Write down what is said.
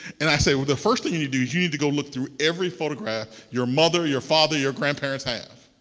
and i say, the first thing you need to do, you need to go look through every photograph your mother, your father, your grandparents have.